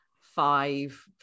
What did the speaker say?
five